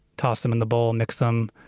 toss them in the bowl, mix them,